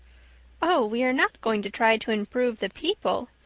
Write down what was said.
oh, we are not going to try to improve the people.